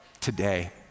today